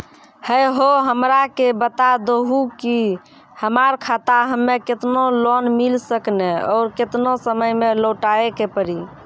है हो हमरा के बता दहु की हमार खाता हम्मे केतना लोन मिल सकने और केतना समय मैं लौटाए के पड़ी?